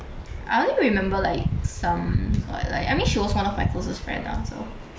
I only remember like some like I mean she was one of my closest friend ah so